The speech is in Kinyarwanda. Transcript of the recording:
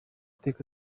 iteka